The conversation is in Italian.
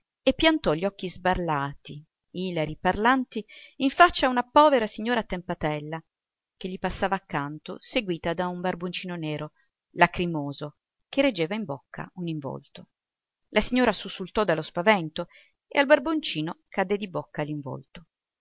e piantò gli occhi sbarrati ilari parlanti in faccia a una povera signora attempatella che gli passava accanto seguita da un barboncino nero lacrimoso che reggeva in bocca un involto l'uomo solo luigi pirandello la signora sussultò dallo spavento e al barboncino cadde di bocca l'involto